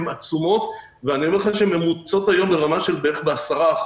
הן עצומות והן ממוצות היום ברמה של בערך 10%,